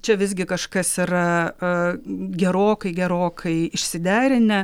čia visgi kažkas yra a gerokai gerokai išsiderinę